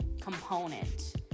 component